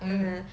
mmhmm